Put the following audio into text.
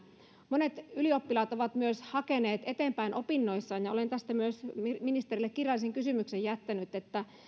monet ylioppilaat ovat myös hakeneet eteenpäin opinnoissaan ja olen tästä myös ministerille kirjallisen kysymyksen jättänyt